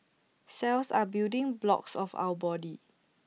cells are building blocks of our body